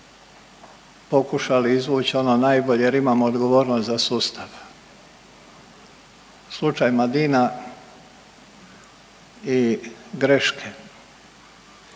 pokušali izvući ono najbolje jer imamo odgovornost za sustav. Slučaj Madina i greške